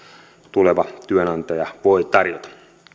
tuleva työnantaja voi tarjota